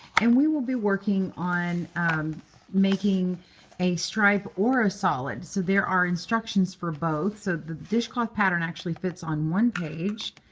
and we will be working on making a stripe or a solid. so there are instructions for both. so the dishcloth pattern actually fits on one page,